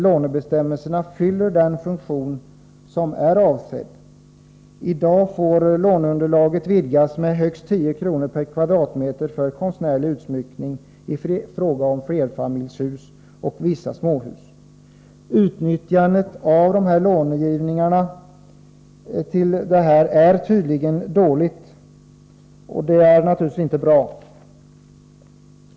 Lånebestämmelserna fyller inte den avsedda funktionen. I dag får låneunderlaget vidgas med högst 10 kr. per kvadratmeter för konstnärlig utsmyckning i fråga om flerfamiljshus och vissa småhus. Utnyttjandet av lånegivningen för detta ändamål är tydligen dåligt. Det är naturligtvis inte bra.